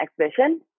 exhibition